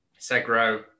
Segro